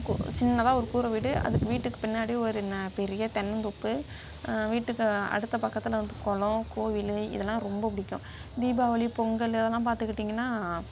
சின்னதாக ஒரு கூரை வீடு அதுக்கு வீட்டுக்கு பின்னாடி ஒரு ந பெரிய தென்னந்தோப்பு வீட்டுக்கு அடுத்த பக்கத்தில் வந்து குளம் கோவில் இதெல்லாம் ரொம்ப பிடிக்கும் தீபாவளி பொங்கல் அதெல்லாம் பார்த்துக்கிட்டீங்கன்னா